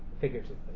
Figuratively